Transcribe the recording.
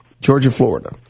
Georgia-Florida